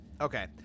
Okay